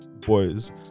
boys